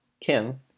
Kim